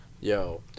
Yo